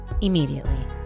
immediately